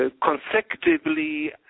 consecutively